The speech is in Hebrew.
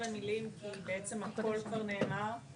גם בכובע של אזרחיות ואזרחים,